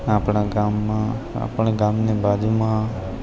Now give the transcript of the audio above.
આપણા ગામમાં આપણા ગામની બાજુમાં